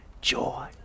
joy